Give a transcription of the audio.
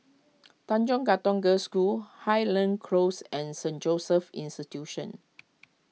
Tanjong Katong Girls' School Highland Close and Saint Joseph's Institution